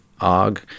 og